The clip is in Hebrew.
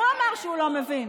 הוא אמר שהוא לא מבין.